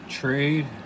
Trade